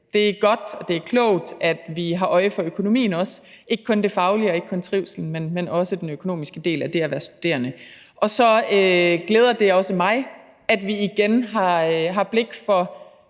Det er godt, og det er klogt, at vi har øje for økonomien også, ikke kun det faglige og ikke kun trivslen, men også den økonomiske del af det at være studerende. Så glæder det også mig, at vi igen har blik for